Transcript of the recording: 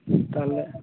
ᱛᱟᱦᱚᱞᱮ